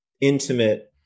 intimate